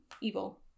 evil